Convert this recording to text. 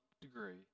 degree